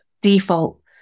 default